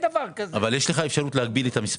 יש לך אפשרות להגביל את המספר.